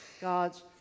God's